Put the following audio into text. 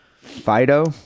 fido